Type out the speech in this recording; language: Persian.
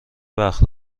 وقت